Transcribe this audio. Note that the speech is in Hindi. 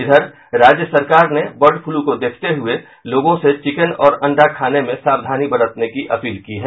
इधर राज्य सरकार ने बर्ड फ्लू को देखते हुये लोगों से चिकेन और अंडा खाने में सावधानी बरतने की अपील की है